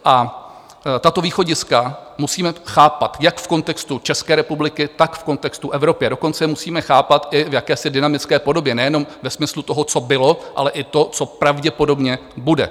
A tato východiska musíme chápat jak v kontextu České republiky, tak v kontextu Evropy, dokonce je musíme chápat i v jakési dynamické podobě, nejenom ve smyslu toho, co bylo, ale i toho, co pravděpodobně bude.